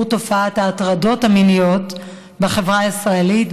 תופעת ההטרדות המיניות בחברה הישראלית,